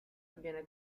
avviene